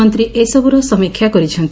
ମନ୍ତୀ ଏ ସବୁର ସମୀକ୍ଷା କରିଛନ୍ତି